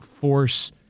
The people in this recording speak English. force